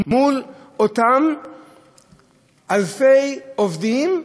מול אותם אלפי עובדים,